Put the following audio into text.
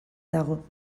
dago